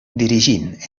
dirigint